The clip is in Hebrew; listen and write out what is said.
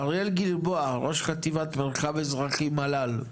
אריאל גלבוע, ראש חטיבת מרחב אזרחי מל"ל.